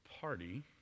party